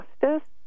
justice